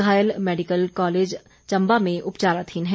घायल medical college Chamba में उपचाराधीन है